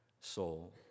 soul